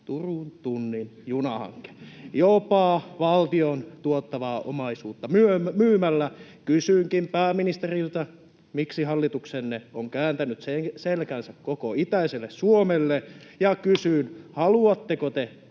Turun tunnin junahanke, jopa valtion tuottavaa omaisuutta myymällä. Kysynkin pääministeriltä: miksi hallituksenne on kääntänyt selkänsä koko itäiselle Suomelle? Ja kysyn: [Puhemies